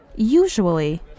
Usually